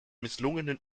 misslungenen